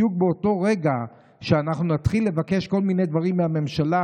בדיוק באותו רגע שאנחנו נתחיל לבקש כל מיני דברים מהממשלה,